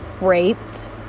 raped